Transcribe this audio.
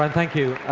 um thank you.